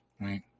Right